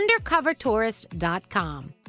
UndercoverTourist.com